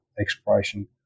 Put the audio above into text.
exploration